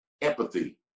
empathy